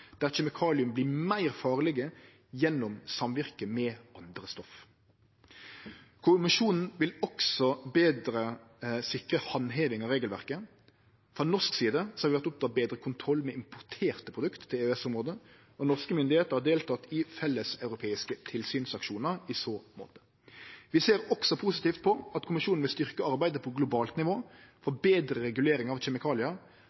der kjemikalium vert farlegare gjennom samvirke med andre stoff. Kommisjonen vil også betre handhevinga av regelverket. Frå norsk side har vi vore opptekne av betre kontroll med importerte produkt inn til EØS-området, og norske myndigheiter har delteke i felleseuropeiske tilsynsaksjonar i så måte. Vi ser også positivt på at Kommisjonen vil styrkje arbeidet på globalt nivå for